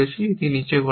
এই নিচে করা হয়